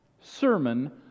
sermon